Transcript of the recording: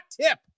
tip